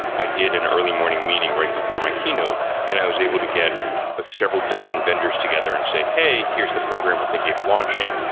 i did an early morning meeting right before my keynote and i was able to get ah several dozen vendors together and say, hey, here's the program we're thinking of launching,